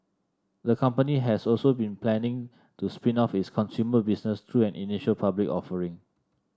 the company has also been planning to spin off its consumer business through an initial public offering